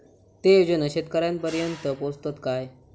ते योजना शेतकऱ्यानपर्यंत पोचतत काय?